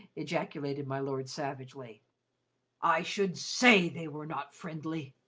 ejaculated my lord savagely i should say they were not friendly!